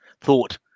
thought